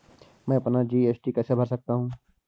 मैं अपना जी.एस.टी कैसे भर सकता हूँ?